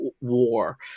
war